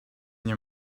near